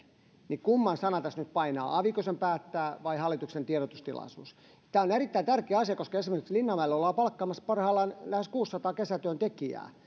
niin kumman sana tässä nyt painaa aviko sen nyt päättää vai hallituksen tiedotustilaisuus tämä on erittäin tärkeä asia koska esimerkiksi linnanmäelle ollaan palkkaamassa parhaillaan lähes kuusisataa kesätyöntekijää